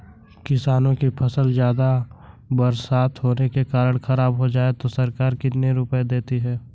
किसानों की फसल ज्यादा बरसात होने के कारण खराब हो जाए तो सरकार कितने रुपये देती है?